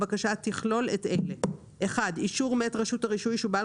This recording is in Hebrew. הבקשה תכלול את אלה: אישור מאת רשות הרישוי שהוא בעל